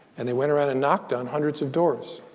and they went around and knocked on hundreds of doors.